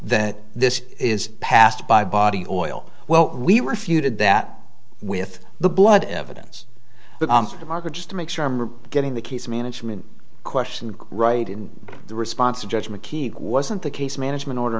that this is passed by body oil well we refuted that with the blood evidence but the market just to make sure i'm getting the case management question right in the response of judgment key wasn't the case management order